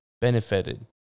benefited